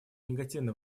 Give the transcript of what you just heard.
негативно